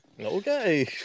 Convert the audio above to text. Okay